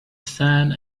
sand